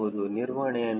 ನಿರ್ವಹಣೆ ಎಂದರೇನು